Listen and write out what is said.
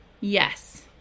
yes